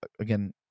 Again